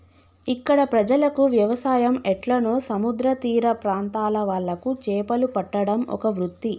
ఇక్కడ ప్రజలకు వ్యవసాయం ఎట్లనో సముద్ర తీర ప్రాంత్రాల వాళ్లకు చేపలు పట్టడం ఒక వృత్తి